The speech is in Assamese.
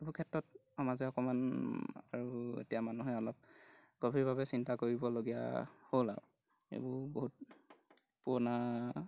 এইবোৰ ক্ষেত্ৰত সমাজে অকণমান আৰু এতিয়া মানুহে অলপ গভীৰভাৱে চিন্তা কৰিবলগীয়া হ'ল আৰু এইবোৰ বহুত পুৰণা